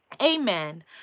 amen